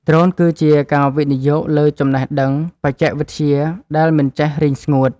ដ្រូនគឺជាការវិនិយោគលើចំណេះដឹងបច្ចេកវិទ្យាដែលមិនចេះរីងស្ងួត។